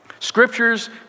Scriptures